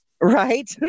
Right